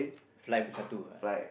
fly bersatu ah